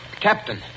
Captain